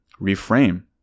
reframe